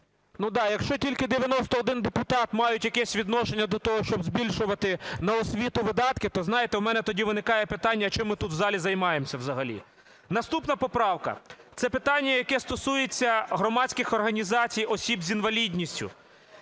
Да, якщо тільки 91 депутат мають якесь відношення до того, щоб збільшувати на освіту видатки, то, знаєте, у мене тоді виникає питання, а чим ми тут в залі займаємося взагалі. Наступна поправка, це питання, яке стосується громадських організацій осіб з інвалідністю.